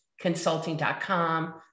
consulting.com